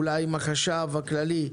אולי עם החשב הכללי,